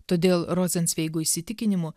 todėl rozencveigo įsitikinimu